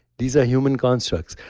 these are human constructs.